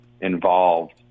involved